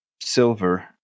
Silver